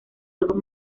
juegos